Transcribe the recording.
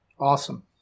Awesome